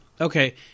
okay